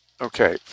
Okay